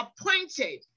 appointed